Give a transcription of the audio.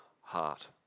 heart